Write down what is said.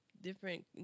different